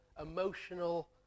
emotional